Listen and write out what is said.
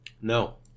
No